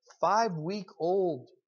five-week-old